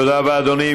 תודה רבה, אדוני.